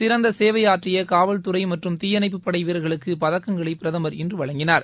சிறந்த சேவை ஆற்றிய காவல்துறை மற்றும் தீயணைப்பு படை வீரர்களுக்கு பதக்கங்களை பிரதமர் இன்று வழங்கினார்